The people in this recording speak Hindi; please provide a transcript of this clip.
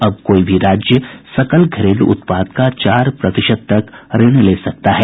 अब कोई भी राज्य सकल घरेलू उत्पाद का चार प्रतिशत तक ऋण ले सकता है